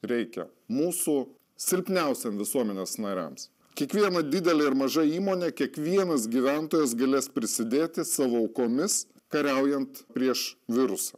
reikia mūsų silpniausiem visuomenės nariams kiekviena didelė ir maža įmonė kiekvienas gyventojas galės prisidėti savo aukomis kariaujant prieš virusą